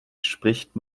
spricht